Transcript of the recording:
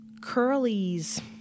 Curly's